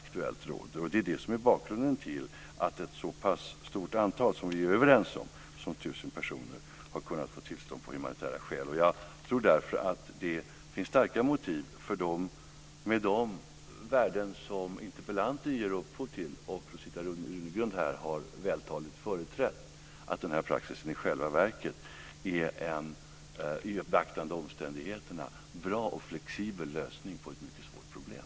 Det är det som är bakgrunden till att ett så pass stort antal som tusen personer, som vi är överens om, har kunnat få tillstånd av humanitära skäl. Jag tror därför att det finns starka motiv för att, med de värden som interpellanten ger uttryck för och Rosita Runegrund vältaligt har företrätt, denna praxis i själva verket är en i beaktande av omständigheterna bra och flexibel lösning på ett mycket svårt problem.